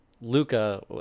Luca